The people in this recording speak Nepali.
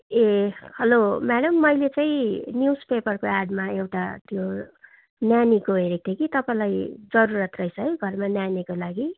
ए हेलो म्याडम मैले चाहिँ न्युज पेपरको एडमा एउटा त्यो न्यानीको हेरेको थिएँ कि तपाईँलाई जरुरत रहेछ है घरमा न्यानीको लागि